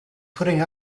putting